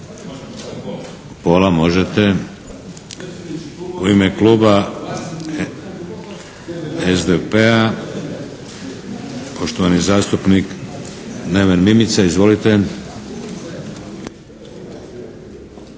Hvala. Možete. U ime kluba SDP-a, poštovani zastupnik Neven Mimica. Izvolite.